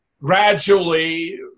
gradually